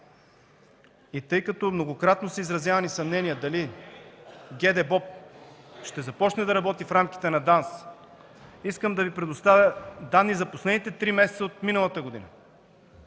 Тъй като многократно са изразявани съмнения дали ГДБОП ще започне да работи в рамките на ДАНС, искам да Ви предоставя данни за последните три месеца от миналата година